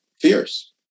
fierce